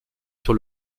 sur